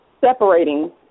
separating